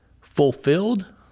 fulfilled